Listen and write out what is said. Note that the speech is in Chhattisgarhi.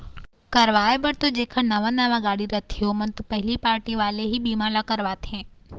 करवाय बर तो जेखर नवा नवा गाड़ी रथे ओमन तो पहिली पारटी वाले ही बीमा ल करवाथे